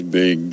big